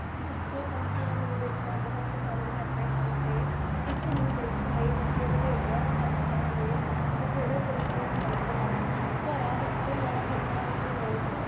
ਬੱਚੇ ਪੰਛੀਆਂ ਨੂੰ ਦੇਖਣਾ ਬਹੁਤ ਪਸੰਦ ਕਰਦੇ ਹਨ ਤੇ ਇਸ ਨੂੰ ਦੇਖਣ ਲਈ ਬੱਚੇ ਵਧੇਰੀਆ ਹਰਕਤਾਂ ਤੇ ਬਥੇਰੇ ਤਰੀਕੇ ਅਪਣਾਉਂਦੇ ਹਨ ਘਰਾਂ ਵਿੱਚ ਜਾਂ ਪਿੰਡਾਂ ਵਿੱਚ ਲੋਕ